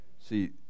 See